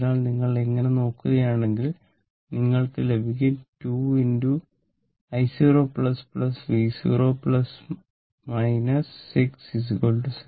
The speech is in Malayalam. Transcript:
അതിനാൽ നിങ്ങൾ അങ്ങനെ ചെയ്യുകയാണെങ്കിൽ നിങ്ങൾക്ക് ലഭിക്കും 2 i0 v0 6 0